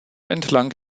entlang